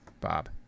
Bob